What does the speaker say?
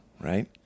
right